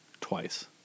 Twice